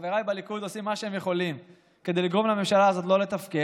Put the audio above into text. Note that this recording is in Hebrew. חבריי בליכוד עושים מה שהם יכולים כדי לגרום לממשלה הזאת לא לתפקד,